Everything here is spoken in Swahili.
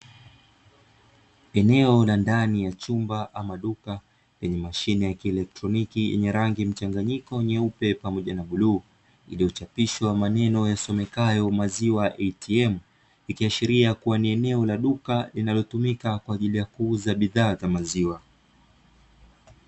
Eneo la ndani ya chumba ama duka, lenye mashine ya kielektroniki yenye rangi mchanganyiko nyeupe pamoja na buluu, iliyochapishwa maneno yasomekayo "Milk ATM", ikiashiria kuwa ni eneo la duka linalotumika kwa ajili ya kuuza bidhaa za maziwa.